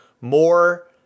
more